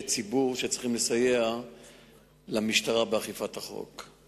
ציבור שצריכים לסייע למשטרה באכיפת החוק.